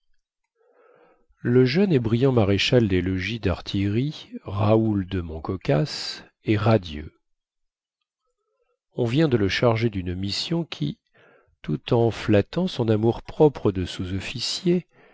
le jeune et brillant maréchal des logis dartillerie raoul de montcocasse est radieux on vient de le charger dune mission qui tout en flattant son amour-propre de sous-officier